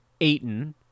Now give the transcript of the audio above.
Aiton